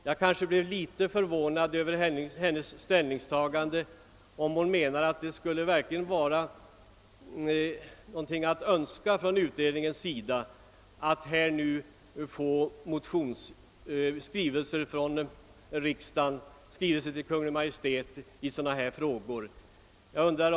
Jag blev litet förvånad över att hon menar att utredningen skulle önska få skrivelser från riksdagen till Kungl. Maj:t med anledning av motioner.